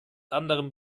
anderem